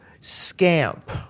scamp